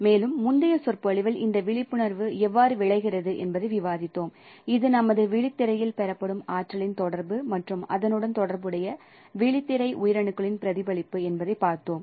மேலும் முந்தைய சொற்பொழிவில் இந்த விழிப்புணர்வு எவ்வாறு விளைகிறது என்பதை விவாதித்தோம் இது நமது விழித்திரையில் பெறப்படும் ஆற்றலின் தொடர்பு மற்றும் அதனுடன் தொடர்புடைய விழித்திரை உயிரணுக்களின் பிரதிபலிப்பு என்பதை பார்த்தோம்